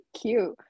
cute